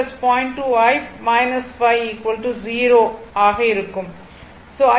2 i 5 0 ஆக இருக்கும்